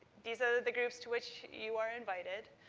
these are the groups to which you are invited.